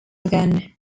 again